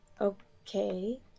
Okay